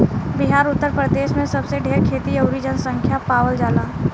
बिहार उतर प्रदेश मे सबसे ढेर खेती अउरी जनसँख्या पावल जाला